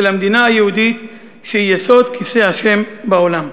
המדינה היהודית שהיא יסוד כיסא ה' בעולם.